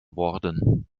worden